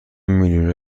میلیونر